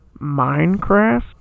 Minecraft